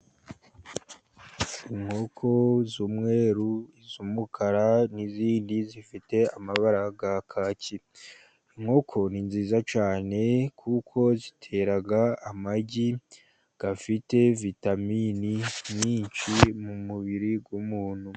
Inkoko z'umweru, iz'umukara n'izindi zifite amabara ya kaki. Inkoko ni nziza cyane kuko zitera amagi afite vitamini nyinshi mu mubiri w'umuntu.